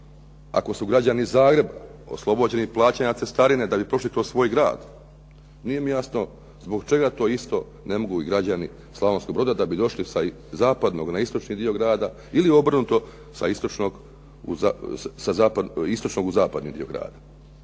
ako su građani Zagreba oslobođeni plaćanja cestarine da bi prošli kroz svoj grad, nije mi jasno zbog čega to isto ne mogu i građani Slavonskog Broda da bi došli sa zapadnog na istočni dio grada, ili obrnuto sa istočnog u zapadni dio grada,